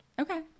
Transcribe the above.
okay